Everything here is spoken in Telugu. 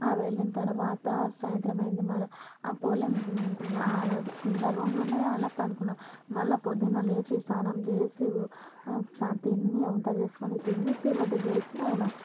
వెళ్లిన తర్వాత సాయంత్రం అయింది మళ్ళా ఆ పొలం ఆడ కింద రూమ్లు ఉన్నాయి ఆల పడుకున్నాం మళ్ళా పొద్దున లేచి స్నానం చేసి ఒకసారి తిని వంట చేసుకుని తిని పీర్ల దగ్గరికి పోయినాం